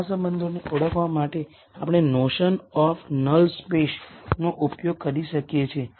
આ સંબંધોને ઓળખવા માટે આપણે નોશન ઓફ નલ સ્પેસનો ઉપયોગ કરી શકીએ છીએ